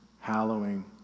hallowing